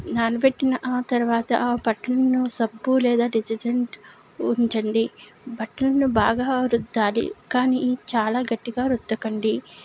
నాన పెట్టిన ఆ తర్వాత ఆ బట్టలను సబ్బు లేదా డిటర్జెంట్ ఉంచండి బట్టలను బాగా రుద్దాలి కానీ చాలా గట్టిగా రుద్దకండి